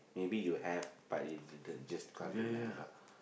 maybe you have but you didn't you just can't remember